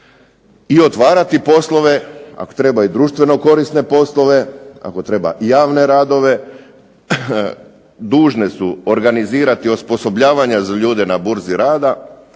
i otvarati poslove, ako treba i društveno korisne poslove, ako treba javne radove, dužne su organizirati osposobljavanja za ljude na burzi rada